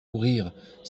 courir